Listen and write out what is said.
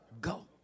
go